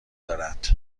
دارد